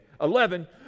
Eleven